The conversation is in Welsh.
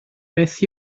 beth